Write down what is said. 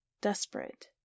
desperate